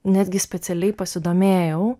netgi specialiai pasidomėjau